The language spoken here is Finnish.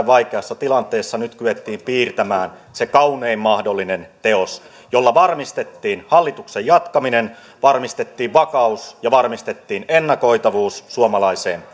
vaikeassa tilanteessa nyt kyettiin piirtämään se kaunein mahdollinen teos jolla varmistettiin hallituksen jatkaminen varmistettiin vakaus ja varmistettiin ennakoitavuus suomalaiseen